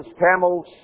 camels